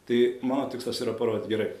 tai mano tikslas yra parodyt gerai